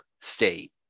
state